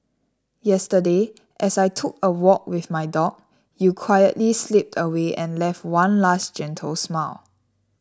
yesterday as I took a walk with my dog you quietly slipped away and left one last gentle smile